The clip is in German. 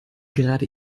gerade